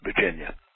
Virginia